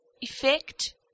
effect